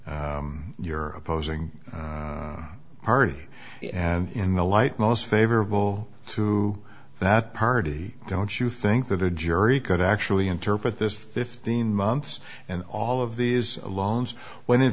your opposing party and in the light most favorable to that party don't you think that a jury could actually interpret this fifteen months and all of these loans when in